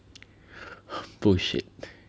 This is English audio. bullshit